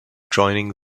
joining